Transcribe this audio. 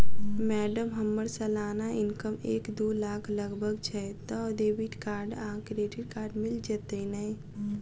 Madam हम्मर सलाना income एक दु लाख लगभग छैय तऽ डेबिट कार्ड आ क्रेडिट कार्ड मिल जतैई नै?